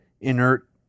inert